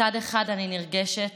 מצד אחד, אני נרגשת